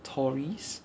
tories